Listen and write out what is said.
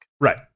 Right